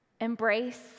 embrace